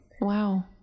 wow